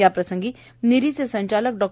याप्रसंगी निरीचे संचालक डॉ